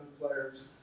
players